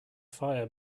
fire